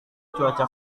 cuaca